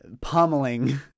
pummeling